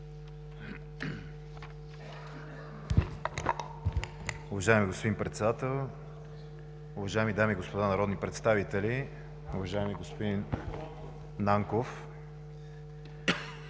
Уважаеми господин Председател, уважаеми дами и господа народни представители, уважаеми господин Нанков!